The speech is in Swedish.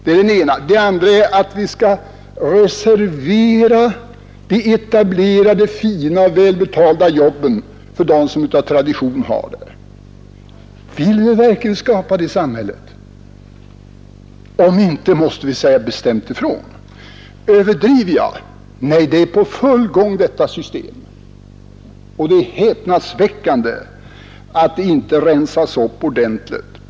Den andra är att vi skall reservera de etablerade, fina och välbetalda jobben för dem som av tradition har dem. Vill vi verkligen skapa det samhället? Om inte måste vi säga bestämt ifrån. Överdriver jag? Nej, detta system är på full gång. Och det är häpnadsväckande att det inte rensas upp ordentligt.